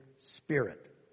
spirit